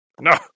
No